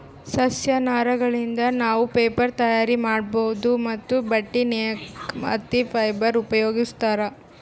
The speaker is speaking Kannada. ಸಸ್ಯ ನಾರಗಳಿಂದ್ ನಾವ್ ಪೇಪರ್ ತಯಾರ್ ಮಾಡ್ಬಹುದ್ ಮತ್ತ್ ಬಟ್ಟಿ ನೇಯಕ್ ಹತ್ತಿ ಫೈಬರ್ ಉಪಯೋಗಿಸ್ತಾರ್